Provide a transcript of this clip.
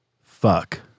fuck